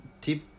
tip